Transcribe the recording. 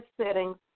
settings